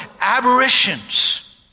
aberrations